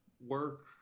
work